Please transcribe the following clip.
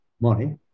money